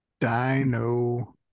Dino